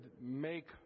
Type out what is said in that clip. make